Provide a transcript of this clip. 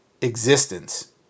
existence